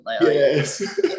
Yes